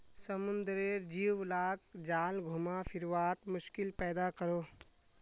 समुद्रेर जीव लाक जाल घुमा फिरवात मुश्किल पैदा करोह